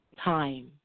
Time